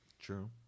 True